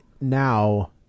Now